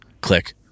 Click